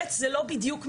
שנית זה לא בדיוק מלגות,